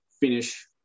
finish